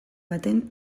baten